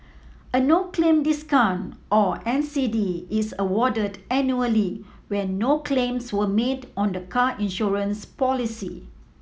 a no claim discount or N C D is awarded annually when no claims were made on the car insurance policy